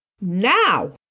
Now